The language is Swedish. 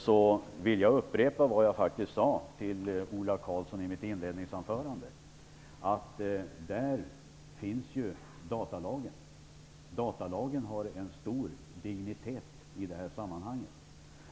Jag vill upprepa, Ola Karlsson, vad jag sade i mitt inledningsanförande, nämligen att vi har datalagen. Den har stor dignitet i detta sammanhang.